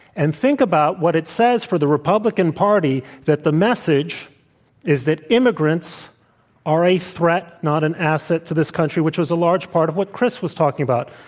and think about what it says for the republican party that the message is that immigrants are a threat, not an asset to this country, which is a large part of what kris was talking about.